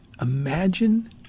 imagine